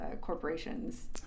corporations